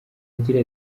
agira